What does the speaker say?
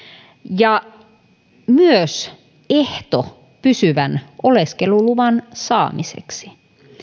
ja myös ehto pysyvän oleskeluluvan saamiseksi